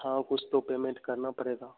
हाँ कुछ तो पेमेंट करना पड़ेगा